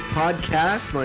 podcast